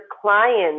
clients